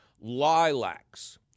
Lilacs